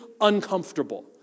uncomfortable